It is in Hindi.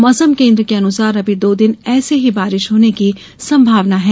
मौसम केन्द्र के अनुसार अभी दो दिन ऐसे ही बारिश होने की संभावना है